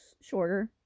shorter